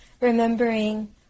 remembering